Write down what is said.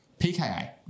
PKA